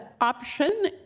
option